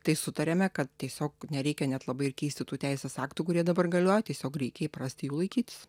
tai sutariame kad tiesiog nereikia net labai ir keisti tų teisės aktų kurie dabar galioja tiesiog reikia įprasti jų laikytis